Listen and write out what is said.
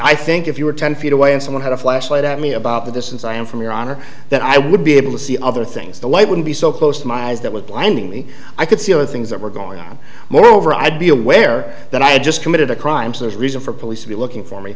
i think if you were ten feet away and someone had a flashlight at me about the distance i am from your honor that i would be able to see other things the light would be so close to my eyes that was blindingly i could see other things that were going on moreover i'd be aware that i just committed a crime so there's reason for police to be looking for me